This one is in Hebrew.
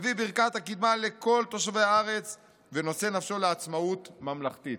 מביא ברכת הקדמה לכל תושבי הארץ ונושא נפשו לעצמאות ממלכתית.